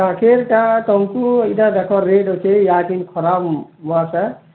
ହଁ ଫେର୍ କା'ଣା ତମ୍କୁ ଇ'ଟା ଦେଖ ରେଟ୍ ଅଛେ ଇହାଛିନ୍ ଖରାପ୍ ନି ଆସେ